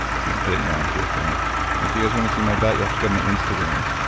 you can put it in your arm, too, if you want. and if you guys want to see my butt, you'll have to go to my instagram